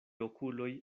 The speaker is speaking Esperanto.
okuloj